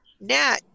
Nat